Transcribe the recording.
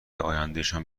آیندهشان